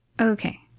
Okay